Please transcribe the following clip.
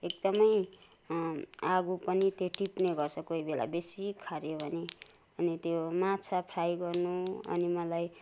एकदमै आगो पनि त्यहाँ टिप्ने गर्छ कोही बेला बेसी खारियो भने अनि त्यो माछा फ्राई गर्नु अनि मलाई